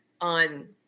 on